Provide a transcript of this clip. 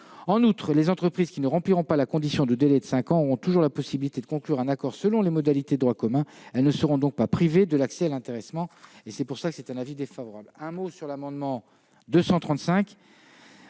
En outre, les entreprises qui ne rempliront pas la condition de délai de cinq ans auront toujours la possibilité de conclure un accord selon les modalités de droit commun. Elles ne seront donc pas privées de l'accès à l'intéressement. Le Gouvernement a donc émis un avis défavorable sur cet amendement.